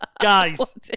guys